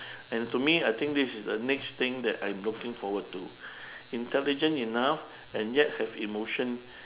and to me I think this is the next thing that I'm looking forward to intelligent enough and yet have emotion